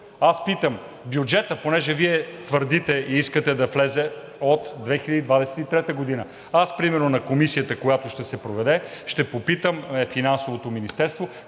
аз питам: бюджетът понеже Вие твърдите и искате да влезе от 2023 г., аз примерно, на комисията, която ще се проведе, ще попитам Финансовото министерство